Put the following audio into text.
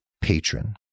patron